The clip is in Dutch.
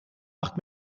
acht